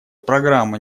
программа